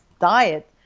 diet